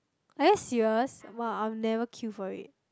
are you serious [wah] I will never queue for it